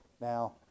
Now